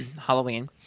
Halloween